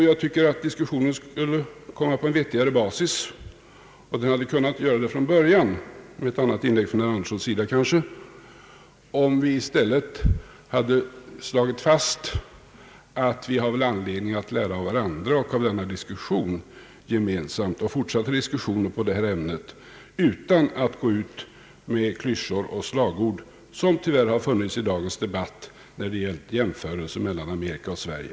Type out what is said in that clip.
Jag tycker att diskussionen skulle komma på en vettigare basis den kanske hade kunnat göra det från början med ett annat inlägg från herr Sten Andersson — om vi i stället hade slagit fast att vi väl har anledning att lära av varandra och av denna diskussion samt av fortsatta diskussioner i detta ämne utan att gå ut med klyschor och slagord, som tyvärr har funnits i dagens debatt när det har gällt jämförelser mellan USA och Sverige.